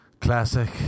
Classic